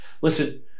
Listen